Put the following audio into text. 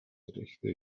rechte